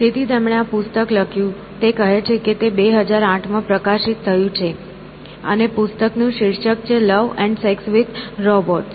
તેથી તેમણે આ પુસ્તક લખ્યું તે કહે છે તે 2008 માં પ્રકાશિત થયું છે અને પુસ્તકનું શીર્ષક છે લવ અને સેક્સ વિથ રોબોટ્સ